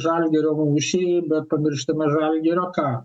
žalgirio mūšį bet pamirštame žalgirio ką